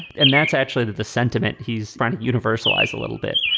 and that's actually the sentiment. he's front universalize a little bit.